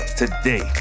today